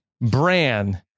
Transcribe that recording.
Bran